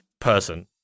person